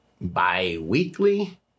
bi-weekly